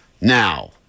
now